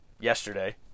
yesterday